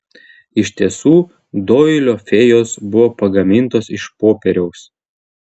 iš tiesų doilio fėjos buvo pagamintos iš popieriaus